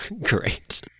Great